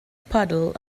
puddle